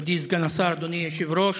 מכובדי סגן השר, אדוני היושב-ראש,